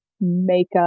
makeup